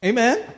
Amen